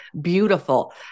beautiful